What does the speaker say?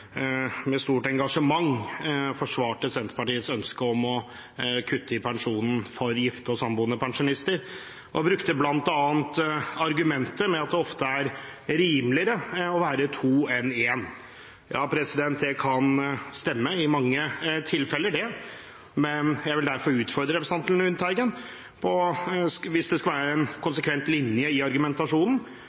med stort engasjement Senterpartiets ønske om å kutte i pensjonen for gifte og samboende pensjonister og brukte bl.a. argumentet om at det ofte er rimeligere å være to enn én. Ja, det kan stemme i mange tilfeller, men jeg vil herved utfordre representanten Lundteigen: Hvis det skal være en konsekvent linje i argumentasjonen,